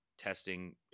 testing